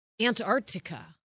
Antarctica